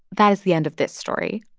that is the end of this story.